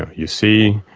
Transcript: ah you see,